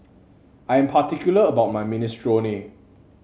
I am particular about my Minestrone